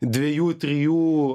dviejų trijų